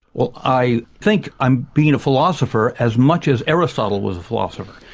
well i think i'm being a philosopher as much as aristotle was a philosopher.